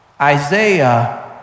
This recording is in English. Isaiah